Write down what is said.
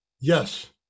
yes